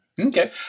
Okay